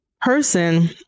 person